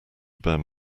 burn